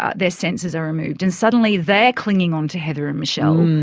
ah their senses are removed and suddenly they're clinging on to heather and michelle, um